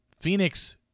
Phoenix